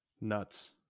Nuts